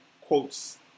quotes